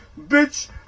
bitch